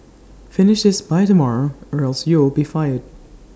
finish this by tomorrow or else you'll be fired